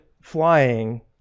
flying